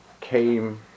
came